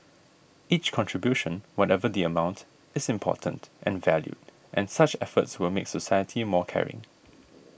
each contribution whatever the amount is important and valued and such efforts will make society more caring